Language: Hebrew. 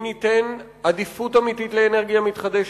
אם ניתן עדיפות לאומית לאנרגיה מתחדשת,